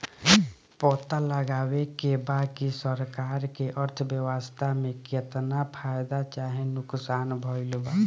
पता लगावे के बा की सरकार के अर्थव्यवस्था में केतना फायदा चाहे नुकसान भइल बा